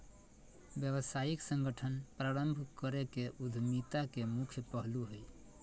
व्यावसायिक संगठन प्रारम्भ करे के उद्यमिता के मुख्य पहलू हइ